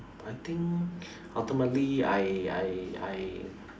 I think ultimately I I I